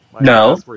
No